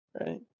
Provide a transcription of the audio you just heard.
right